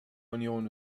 union